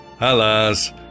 Alas